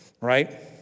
right